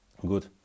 Good